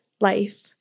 life